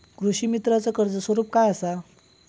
कृषीमित्राच कर्ज स्वरूप काय असा?